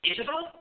Isabel